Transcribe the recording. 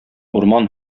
урман